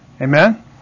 Amen